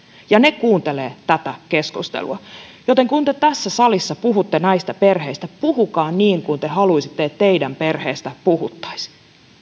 ja ne kuuntelevat tätä keskustelua joten kun te tässä salissa puhutte näistä perheistä puhukaa niin kuin te haluaisitte että teidän perheestänne puhuttaisiin